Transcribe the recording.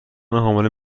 حامله